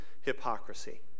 hypocrisy